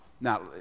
Now